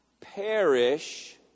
perish